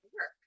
work